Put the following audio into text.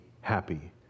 happy